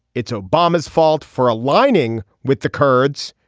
it's obama's fault for aligning with the kurds.